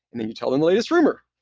and and you tell them the latest rumor.